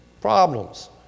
problems